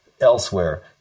elsewhere